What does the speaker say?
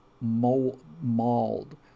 mauled